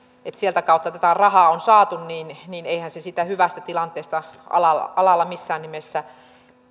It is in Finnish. kun sitä kautta tätä rahaa on saatu eihän se hyvästä tilanteesta alalla alalla missään nimessä